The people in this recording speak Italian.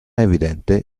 evidente